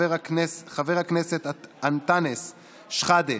חבר הכנסת אנטאנס שחאדה,